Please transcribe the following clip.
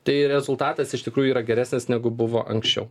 tai rezultatas iš tikrųjų yra geresnis negu buvo anksčiau